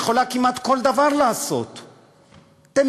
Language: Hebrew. היא יכולה לעשות כמעט כל דבר.